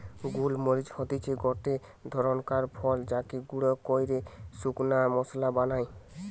গোল মরিচ হতিছে গটে ধরণকার ফল যাকে গুঁড়া কইরে শুকনা মশলা বানায়